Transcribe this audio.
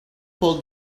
pull